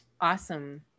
awesome